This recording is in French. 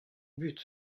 but